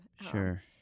Sure